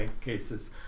cases